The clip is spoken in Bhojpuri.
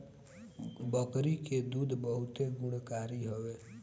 बकरी के दूध बहुते गुणकारी हवे